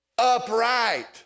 upright